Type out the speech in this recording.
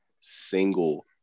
single